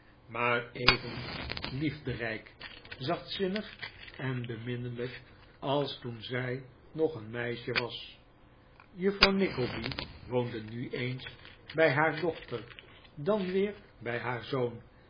maar even liefderijk zachtzinnig en beminnelijk als toen zij nog een meisje was juffrouw nickleby woonde nu eens bij haar dochter dan weer bij haar zoon